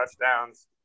touchdowns